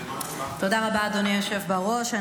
תודה רבה, אדוני היושב בראש.